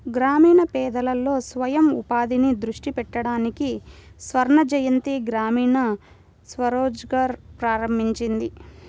గ్రామీణ పేదలలో స్వయం ఉపాధిని దృష్టి పెట్టడానికి స్వర్ణజయంతి గ్రామీణ స్వరోజ్గార్ ప్రారంభించింది